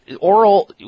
oral